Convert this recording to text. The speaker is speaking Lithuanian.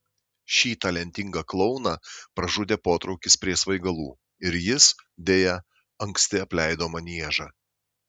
šį talentingą klouną pražudė potraukis prie svaigalų ir jis deja anksti apleido maniežą